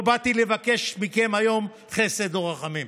לא באתי לבקש מכם היום חסד או רחמים.